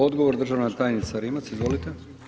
Odgovor državna tajnice Rimac, izvolite.